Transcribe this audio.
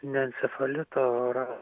ne encefalitą o ra